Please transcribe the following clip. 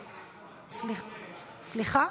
סליחה?